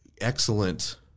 excellent